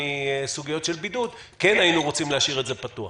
מסוגיות של בידוד כן היינו רוצים להשאיר את זה פתוח.